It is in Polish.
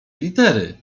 litery